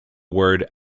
word